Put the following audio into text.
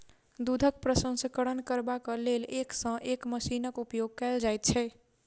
दूधक प्रसंस्करण करबाक लेल एक सॅ एक मशीनक उपयोग कयल जाइत छै